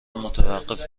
متوقف